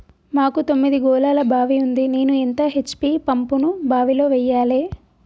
మాకు తొమ్మిది గోళాల బావి ఉంది నేను ఎంత హెచ్.పి పంపును బావిలో వెయ్యాలే?